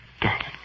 darling